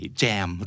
jam